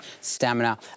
stamina